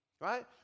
right